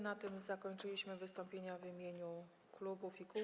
Na tym zakończyliśmy wystąpienia w imieniu klubów i koła.